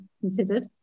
considered